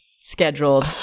scheduled